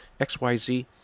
XYZ